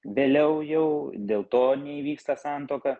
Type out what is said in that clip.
vėliau jau dėl to neįvyksta santuoka